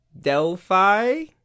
Delphi